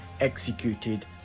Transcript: executed